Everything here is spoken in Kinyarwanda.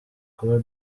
kuba